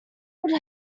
would